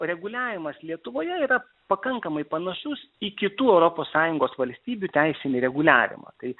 reguliavimas lietuvoje yra pakankamai panašus į kitų europos sąjungos valstybių teisinį reguliavimą tai